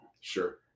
Sure